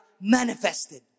manifested